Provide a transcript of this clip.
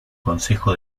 consejo